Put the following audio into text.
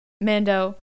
Mando